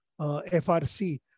FRC